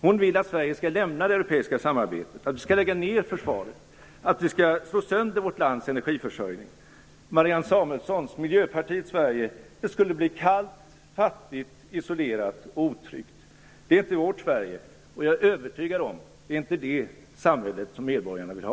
Hon vill att Sverige skall lämna det europeiska samarbetet, att vi skall lägga ned försvaret och att vi skall slå sönder vårt lands energiförsörjning. Marianne Samuelssons och Miljöpartiets Sverige skulle bli kallt, fattigt, isolerat och otryggt. Det är inte vårt Sverige, och jag är övertygad om att det inte är det samhälle som medborgarna vill ha.